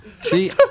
See